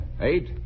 Eight